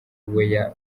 weya